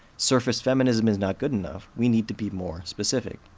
surface feminism is not good enough, we need to be more specific.